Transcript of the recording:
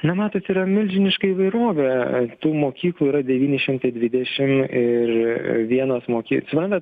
na matot yra milžiniška įvairovė tų mokyklų yra devyni šimtai dvidešimt ir vienos mokyk suprantat